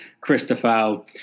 Christopher